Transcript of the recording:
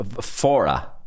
fora